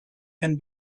can